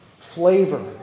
flavor